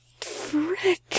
Frick